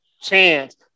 chance